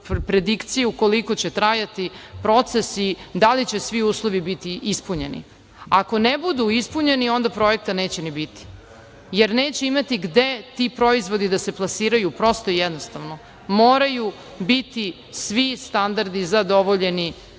predikciju koliko će trajati procesi, da li će svi uslovi biti ispunjeni. Ako ne budu ispunjeni, onda projekta neće ni biti, jer neće imati gde ti proizvodi da se plasiraju, prosto i jednostavno. Moraju biti svi standardi zadovoljeni,